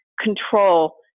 control